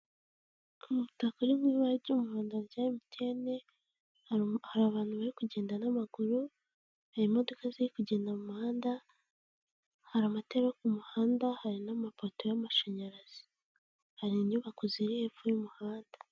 Umutaka uri mu ibara ry'umuhodo rya emutiyene hari abantu bari kugenda n'amaguru hari imodoka ziri kugenda mu muhanda hari amatara yo ku muhanda hari n'amapoto y'amashanyarazi hari inyubako ziri hepfo y'umuhanda.